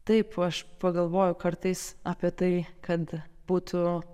taip aš pagalvoju kartais apie tai kad būtų